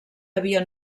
havia